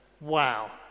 Wow